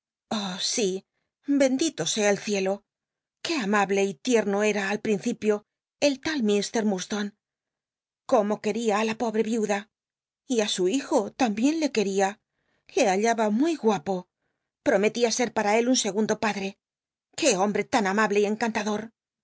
i hcndito sea el ciclo qué amable y licmo era al principio el tal m murdstone como quería á la pobre l'iuda y ü su hijo lambicn le qucria le hallaba muy guapo prometía ser para él un segumlo padre qué hombrc tan amable y encantador